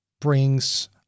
brings